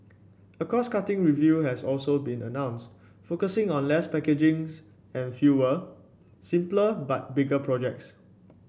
a cost cutting review has also been announced focusing on less packaging and fewer simpler but bigger projects